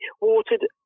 watered